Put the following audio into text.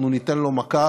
אנחנו ניתן לו מכה,